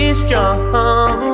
strong